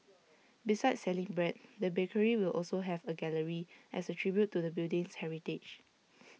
besides selling bread the bakery will also have A gallery as A tribute to the building's heritage